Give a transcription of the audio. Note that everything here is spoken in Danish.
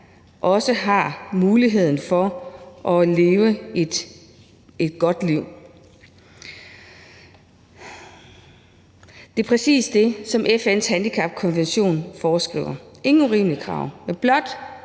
også har mulighed for at leve et godt liv. Det er præcis det, som FN's handicapkonvention foreskriver. Der er ingen urimelige krav, men blot